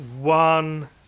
one